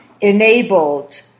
enabled